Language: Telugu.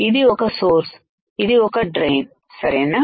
ఇది ఒక సోర్స్ఇది ఒక డ్రెయిన్ సరేనా